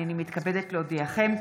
הינני מתכבדת להודיעכם,